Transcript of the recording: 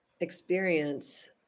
experience